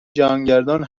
جهانگردان